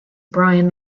brian